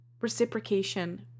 Reciprocation